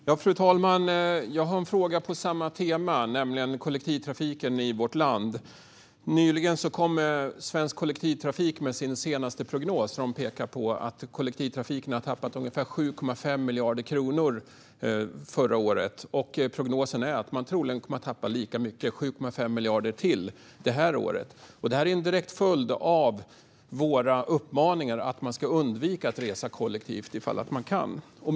Fru talman! Jag har en fråga på samma tema, nämligen kollektivtrafiken i vårt land. Nyligen kom Svensk Kollektivtrafik med sin senaste prognos där de pekade på att kollektivtrafiken tappade ungefär 7,5 miljarder kronor förra året. Prognosen är att man troligen kommer att tappa lika mycket till, 7,5 miljarder, det här året. Detta är en direkt följd av våra uppmaningar om att man ska undvika att resa kollektivt om man kan det.